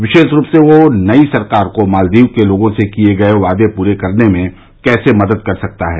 विशेष रूप से वह नई सरकार को मालदीव के लोगों से किए गए वादे पूरे करने में कैसे मदद कर सकता है